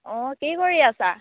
অঁ কি কৰি আছা